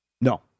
No